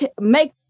make